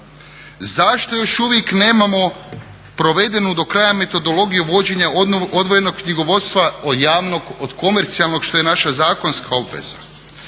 zašto još uvijek nemamo provedenu do kraja metodologiju vođenja odvojenog knjigovodstva od javnog od komercijalnog što je naša zakonska obveza?